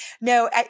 No